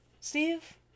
Steve